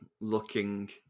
looking